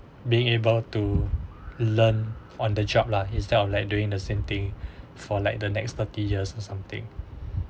being able to learn on the job lah instead of like doing the same thing for like the next thirty years or something